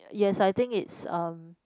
yes I think it's um